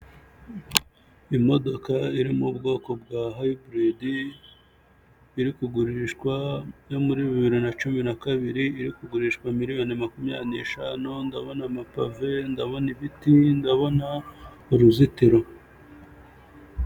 imodoka iri mu ubwoko bwa Hybrid iri kugurishwa, yo muri bibiri na cumi na kabiri, iri kugurishwa miliyoni makumyabiri n'eshanu, ndabona amapave, ndabona ibiti ndabona uruzitiro.